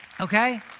okay